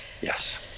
yes